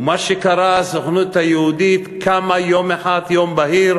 ומה שקרה, הסוכנות היהודית קמה יום בהיר,